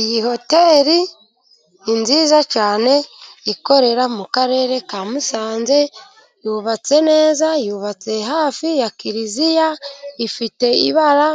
Iyi hoteli ni nziza cyane ikorera mu Karere ka Musanze, yubatse neza, yubatse hafi ya kiliziya, ifite ibara